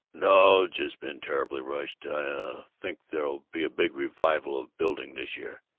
no, just been terribly rushed. i, ah, i think there'll be a big revival of building this year.